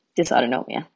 dysautonomia